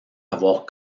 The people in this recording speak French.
avoir